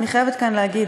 אני חייבת כאן להגיד,